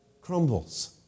crumbles